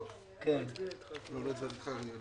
בשעה 10:18. הכנסת יו"ר ועדת הכספים ירושלים,